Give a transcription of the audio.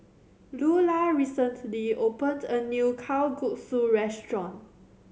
Lula recently opened a new Kalguksu restaurant